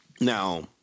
Now